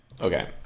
okay